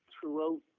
throughout